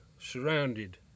surrounded